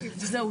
זהו.